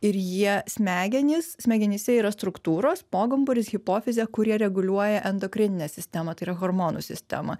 ir jie smegenis smegenyse yra struktūros pogumburis hipofizė kurie reguliuoja endokrininę sistemą tai yra hormonų sistemą